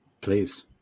Please